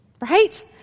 Right